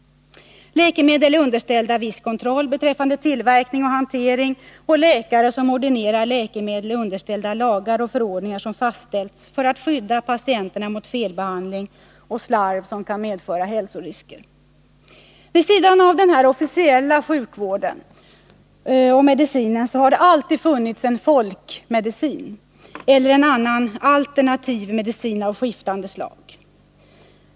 Läkemedel är underställda viss kontroll beträffande tillverkning och hantering, och läkare som ordinerar läkemedel är underställda lagar och förordningar som fastställts för att skydda patienterna mot felbehandling och slarv som kan medföra hälsorisker. Vid sidan av den officiella sjukvården och medicinen har det alltid funnits en folkmedicin eller andra ”alternativa” mediciner av skiftande slag.